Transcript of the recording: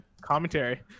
Commentary